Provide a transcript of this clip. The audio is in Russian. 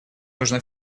нужно